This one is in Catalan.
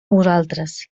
vosaltres